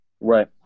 Right